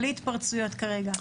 בלי התפרצויות כרגע.